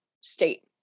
state